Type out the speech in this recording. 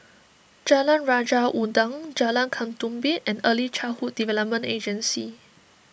Jalan Raja Udang Jalan Ketumbit and Early Childhood Development Agency